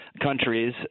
countries